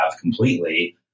completely